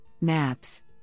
maps